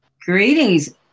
Greetings